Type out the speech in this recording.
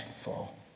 fall